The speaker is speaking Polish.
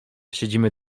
siedzimy